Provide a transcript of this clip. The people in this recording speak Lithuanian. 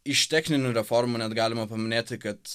iš techninių reformų net galima paminėti kad